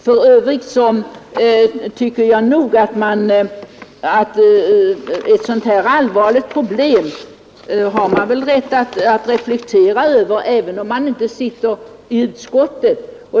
För övrigt tycker jag att man har rätt att reflektera över ett så allvarligt problem, även om man inte sitter i utskottet.